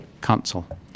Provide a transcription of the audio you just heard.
Council